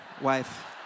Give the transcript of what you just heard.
wife